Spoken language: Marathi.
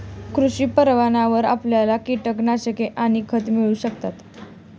कृषी परवान्यावर आपल्याला कीटकनाशके आणि खते मिळू शकतात